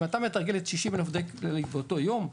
אם אתה מתרגל את עובדי הכללית באותו יום,